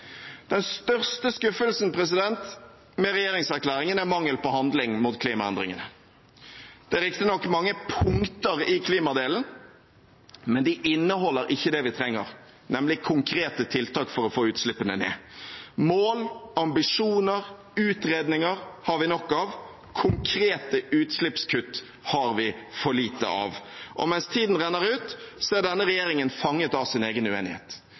Den største skuffelsen med regjeringserklæringen er mangel på handling mot klimaendringene. Det er riktignok mange punkter i klimadelen, men de inneholder ikke det vi trenger, nemlig konkrete tiltak for å få utslippene ned. Mål, ambisjoner og utredninger har vi nok av – konkrete utslippskutt har vi for lite av. Mens tiden renner ut, er denne regjeringen fanget av sin egen uenighet.